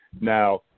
Now